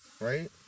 Right